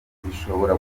zishobora